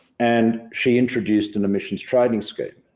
and she introduced an emissions trading scheme.